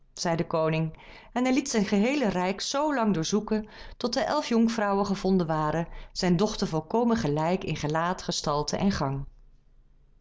zei de koning en hij liet zijn geheele rijk z lang doorzoeken tot er elf jonkvrouwen gevonden waren zijn dochter volkomen gelijk in gelaat gestalte en gang